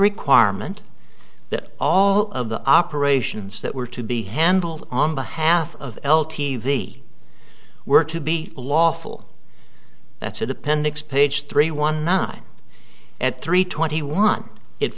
requirement that all of the operations that were to be handled on behalf of l t v were to be lawful that's at appendix page three one nine at three twenty one it